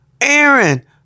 Aaron